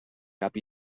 cap